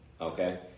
Okay